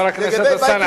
חבר הכנסת אלסאנע,